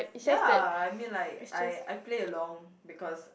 ya I mean like I I play along because